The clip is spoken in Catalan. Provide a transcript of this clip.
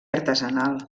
artesanal